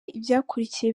ibyakurikiye